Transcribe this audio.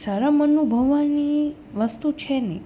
શરમ અનુભવવાની વસ્તુ છે નહીં